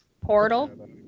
Portal